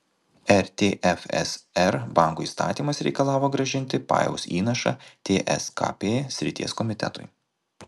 rtfsr bankų įstatymas reikalavo grąžinti pajaus įnašą tskp srities komitetui